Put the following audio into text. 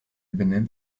benennt